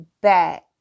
back